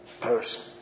person